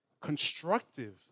constructive